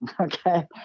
okay